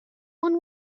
one